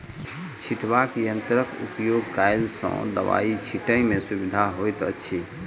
छिटबाक यंत्रक उपयोग कयला सॅ दबाई छिटै मे सुविधा होइत छै